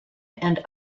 and